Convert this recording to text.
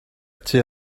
tua